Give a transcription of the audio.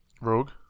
Rogue